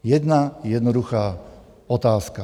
Jedna jednoduchá otázka.